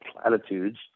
platitudes